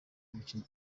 umukino